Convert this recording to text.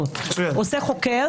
חוקר